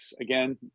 again